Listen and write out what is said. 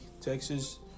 Texas